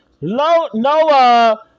Noah